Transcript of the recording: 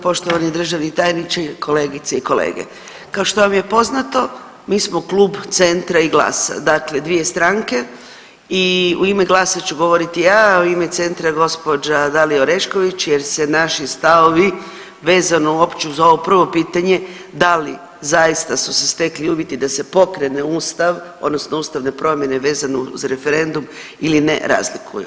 Poštovani državni tajniče i kolegice i kolege, kao što vam je poznato mi smo Klub Centra i GLAS-a, dakle dvije stranke i u ime GLAS-a ću govorit ja, a u ime Centra gospođa Dalija Orešković jer se naši stavovi vezano uopće uz ovo prvo pitanje da li zaista su stekli uvjeti da se pokrene Ustav odnosno ustavne promjene vezano uz referendum ili ne razlikuju.